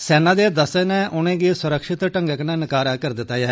सेना दे दस्ते नै उनें गी सुरक्षित ढंगै कन्नै नाकारा करी दिता ऐ